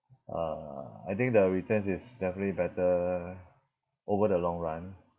uh I think the returns is definitely better over the long run